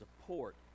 support